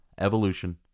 evolution